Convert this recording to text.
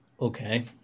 Okay